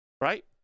right